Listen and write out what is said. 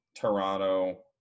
Toronto